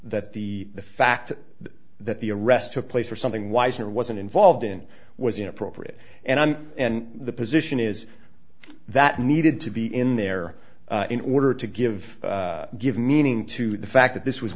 that that the fact that the arrest took place or something wiser wasn't involved in was inappropriate and i'm and the position is that needed to be in there in order to give give meaning to the fact that this was